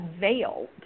veil